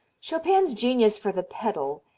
chopin's genius for the pedal,